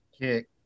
Kick